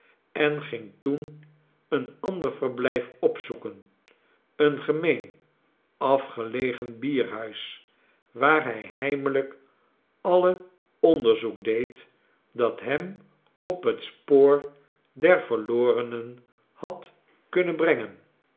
en ging toen een ander verblijf opzoeken een gemeen afgelegen bierhuis waar hij heimelijk alle onderzoek deed dat hem op het spoor der verlorenen had kunnen brengen